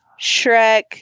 Shrek